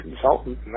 consultant